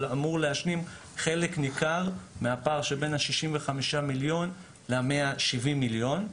אבל אמור להשלים חלק ניכר מהפער שבין ה-65 מיליון ל-170 מיליון.